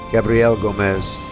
gabriel gomez.